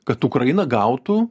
kad ukraina gautų